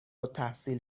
التحصیل